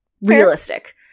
realistic